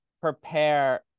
prepare